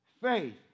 faith